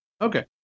Okay